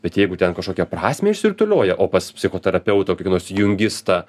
bet jeigu ten kažkokią prasmę išsirutulioja o pas psichoterapeutą kokį nors jungistą